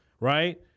Right